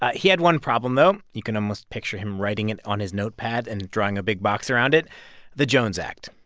ah he had one problem, though. you can almost picture him writing it on his notepad and drawing a big box around it the jones act.